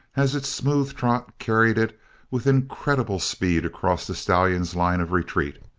as its smooth trot carried it with incredible speed across the stallion's line of retreat,